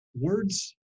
words